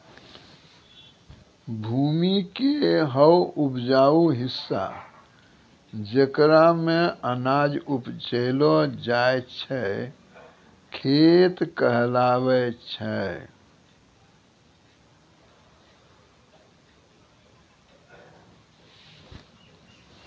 भूमि के हौ उपजाऊ हिस्सा जेकरा मॅ अनाज उपजैलो जाय छै खेत कहलावै छै